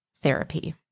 therapy